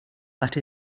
that